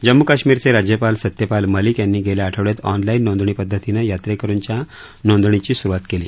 जम्मू काश्मीरचे राज्यपाल सत्यपाल मलिक यांनी गेल्या आठवड्यात ऑनलाईन नोंदणी पद्धतीनं यात्रेकरूंच्या नोंदणीची सुरुवात केली